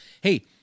Hey